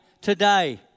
today